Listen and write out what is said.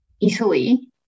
Italy